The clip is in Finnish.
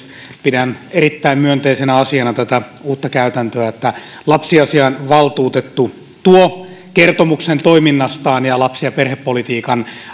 pidän erittäin myönteisenä asiana tätä uutta käytäntöä että lapsiasiainvaltuutettu tuo kertomuksen toiminnastaan ja ja lapsi ja perhepolitiikan